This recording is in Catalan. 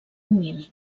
humil